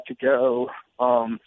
to-go